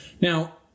Now